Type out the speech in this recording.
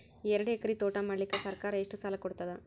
ಎರಡು ಎಕರಿ ತೋಟ ಮಾಡಲಿಕ್ಕ ಸರ್ಕಾರ ಎಷ್ಟ ಸಾಲ ಕೊಡತದ?